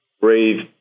brave